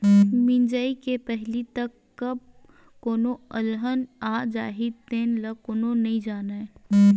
मिजई के पहिली तक कब कोनो अलहन आ जाही तेन ल कोनो नइ जानय